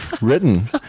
written